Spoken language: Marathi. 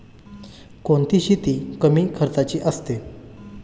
कोणती शेती कमी खर्चाची असते?